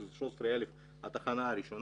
שזה 13,000 ש"ח בתחנה הראשונה,